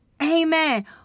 Amen